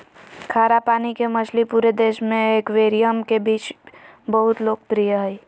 खारा पानी के मछली पूरे देश में एक्वेरियम के बीच बहुत लोकप्रिय हइ